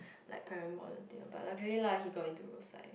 like parent volunteer but luckily lah they got into Rosyth